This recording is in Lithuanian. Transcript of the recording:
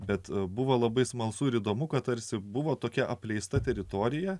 bet buvo labai smalsu įdomu kad tarsi buvo tokia apleista teritorija